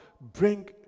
bring